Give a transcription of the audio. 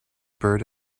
bird